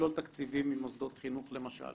לשלול תקציבים ממוסדות חינוך למשל